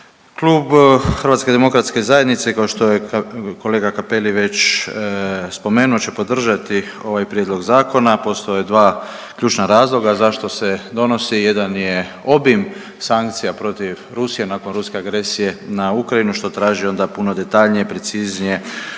Klub HDZ-a kao što je kolega Cappelli već spomenuo će podržati ovaj prijedlog zakona. Postoje dva ključna razloga zašto se donosi, jedan je obim sankcija protiv Rusije nakon ruske agresije na Ukrajinu što traži onda puno detaljnije, preciznije